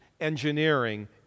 engineering